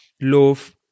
loaf